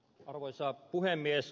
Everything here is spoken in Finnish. arvoisa puhemies